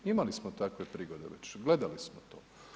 Imali smo takve prigode već, gledali smo to.